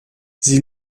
sie